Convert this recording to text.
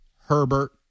Herbert